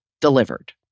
delivered